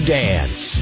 dance